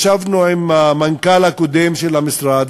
ישבנו עם המנכ"ל הקודם של המשרד,